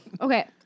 Okay